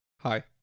Hi